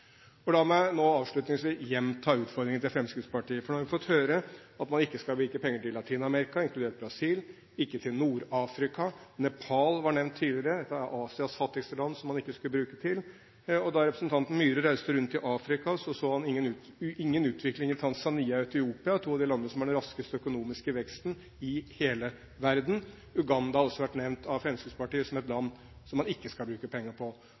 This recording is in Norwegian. La meg nå avslutningsvis gjenta utfordringen til Fremskrittspartiet. Nå har vi fått høre at man ikke skal bevilge penger til Latin-Amerika, inkludert Brasil, og ikke til Nord-Afrika. Nepal var nevnt tidligere – ett av Asias fattigste land – som man ikke skulle bevilge til. Da representanten Myhre reiste rundt i Afrika, så han ingen utvikling i Tanzania og Etiopia, to av de landene som har den raskeste økonomiske veksten i hele verden. Uganda har også vært nevnt av Fremskrittspartiet som et land som man ikke skal bruke penger på.